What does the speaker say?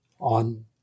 on